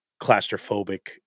claustrophobic